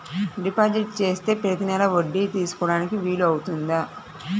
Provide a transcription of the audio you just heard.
Deposit చేస్తే ప్రతి నెల వడ్డీ తీసుకోవడానికి వీలు అవుతుందా?